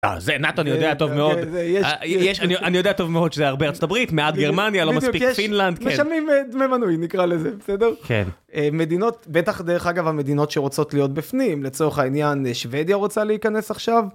זה נאטו אני יודע טוב מאוד שזה הרבה ארה״ב מעט גרמניה לא מספיק פינלנד. מדינות בטח דרך אגב המדינות שרוצות להיות בפנים לצורך העניין שוודיה רוצה להיכנס עכשיו.